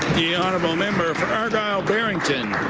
the honourable member for argyle barrington.